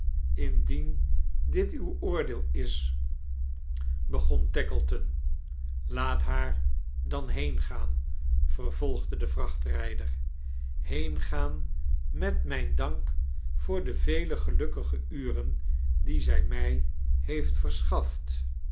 indien dit uw oordeel is began tackleton laat haar dan heengaan vervo-lgde de vrachtrijder heengaan met mijn dank voor de vele gelukkige uren die zij mij heeft verschaft